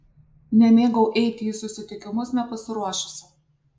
nemėgau eiti į susitikimus nepasiruošusi